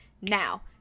now